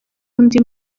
undi